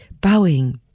bowing